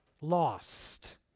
lost